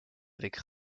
avec